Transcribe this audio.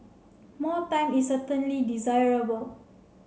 more time is certainly desirable